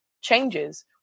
changes